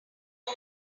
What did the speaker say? our